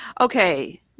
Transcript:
Okay